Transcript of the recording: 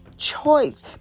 choice